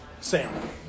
Sam